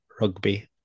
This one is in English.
Rugby